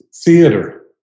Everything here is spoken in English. theater